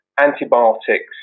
antibiotics